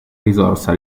risorsa